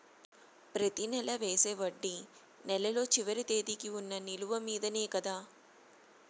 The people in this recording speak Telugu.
ప్రతి నెల వేసే వడ్డీ నెలలో చివరి తేదీకి వున్న నిలువ మీదనే కదా?